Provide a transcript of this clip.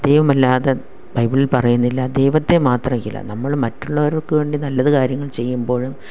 ദൈവമല്ലാതെ ബൈബിളിൽ പറയുന്നില്ല ദൈവത്തെ മാത്രമായിരിക്കില്ല നമ്മൾ മറ്റുള്ളവർക്ക് വേണ്ടി നല്ലത് കാര്യങ്ങൾ ചെയ്യുമ്പോഴും